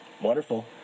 wonderful